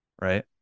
right